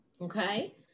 Okay